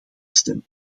stemmen